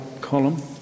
column